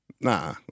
Nah